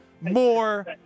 more